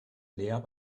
näher